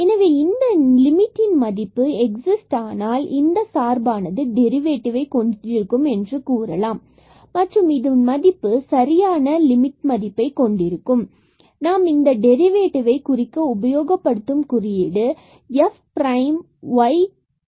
எனவே இந்த நிமிடத்தின் மதிப்பு எக்ஸிஸ்ட் ஆனால் இந்த சார்பானது டெரிவேட்டிவ் ஐ கொண்டிருக்கும் என்று கூறலாம் மற்றும் இதன் மதிப்பு சரியாக லிமிட் மதிப்பைக் கொண்டிருக்கும் மற்றும் நாம் டெரிவேட்டிவ் ஐ குறிக்க உபயோகப்படுத்தும் குறியீடு f prime y prime over dydx